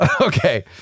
okay